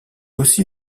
aussi